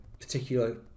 particular